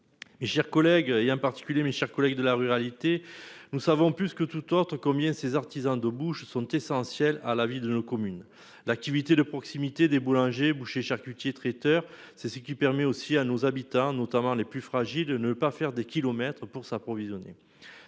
Et chers collègues et en particulier, mes chers collègues, de la ruralité nous savons plus que toute autre combien ces artisans de bouche sont essentiels à la vie de nos communes d'activités de proximité des boulangers, bouchers charcutiers traiteurs. C'est ce qui permet aussi à nos habitants, notamment les plus fragiles de ne pas faire des kilomètres pour s'approvisionner.